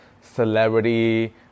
celebrity